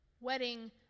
Wedding